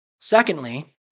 Secondly